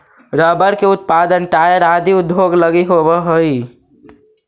rubber के उत्पादन tyre आदि उद्योग लगी होवऽ हइ